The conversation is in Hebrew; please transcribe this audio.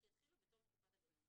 שיתחילו בתום תקופת הביניים.